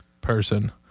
person